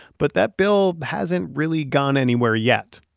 but that bill hasn't really gone anywhere yet.